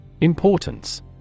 Importance